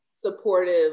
supportive